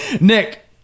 Nick